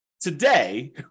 today